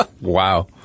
wow